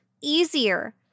easier